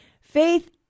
faith